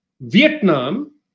Vietnam